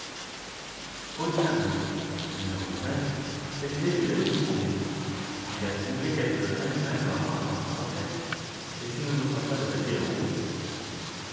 au diable dis-je en moi-même cette idée qu'il a eue de sonder il a troublé quelque animal marin dans sa retraite et si nous ne sommes pas attaqués en route